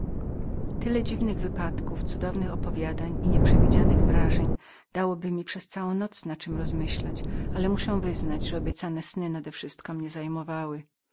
tyle dziwnych wypadków cudownych opowiadań i nieprzewidzianych wrażeń dałoby mi przez całą noc nad czem rozmyślać ale muszę wyznać że obiecane sny nadewszystko mnie zajmowały